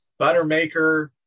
Buttermaker